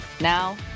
Now